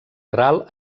ral